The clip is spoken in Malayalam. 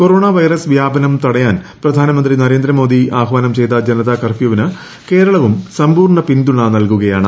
കൊറോണ വൈറസ് വ്യാപനം തടയാൻ പ്രധാനമന്ത്രി നരേന്ദ്രമോദി ആഹ്വാനം ചെയ്ത ജനതാ കർഫ്യൂവിന് കേരളവും സമ്പൂർണ പിന്തുണ നൽകുകയാണ്